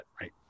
right